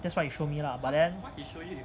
that's what he show me lah but then